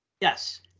yes